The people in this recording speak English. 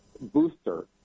booster